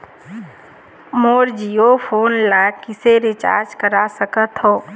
मोर Jio phone ला किसे recharge करा सकत हवं?